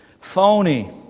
phony